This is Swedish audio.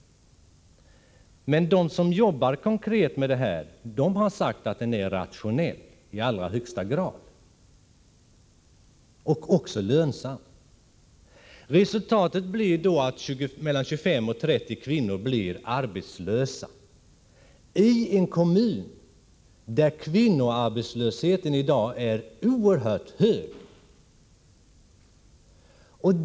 De som arbetar konkret med den här verksamheten säger emellertid att den är i allra högsta grad rationell och även lönsam. Resultatet av en eventuell nedläggning skulle bli att mellan 25 och 30 kvinnor blir arbetslösa och detta i en kommun där kvinnoarbetslösheteni dag är oerhört stor.